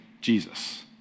Jesus